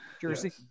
jersey